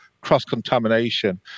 cross-contamination